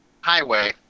highway